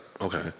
okay